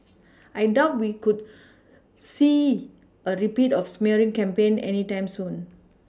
I doubt we could see a repeat of smearing campaign any time soon